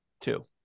Two